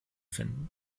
finden